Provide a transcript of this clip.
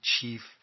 Chief